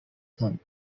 sun